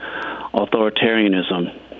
authoritarianism